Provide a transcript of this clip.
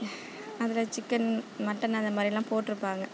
அதில் chicken mutton அந்த மாதிரிலாம் போட்டுருப்பாங்க